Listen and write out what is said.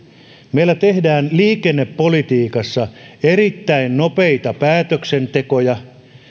meillä tehdään liikennepolitiikassa erittäin nopeita päätöksentekoja